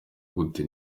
gute